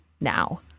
now